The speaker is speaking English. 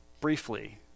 briefly